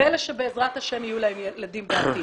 ואלה שבעזרת השם יהיו להם ילדים בעתיד.